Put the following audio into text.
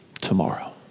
tomorrow